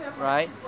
Right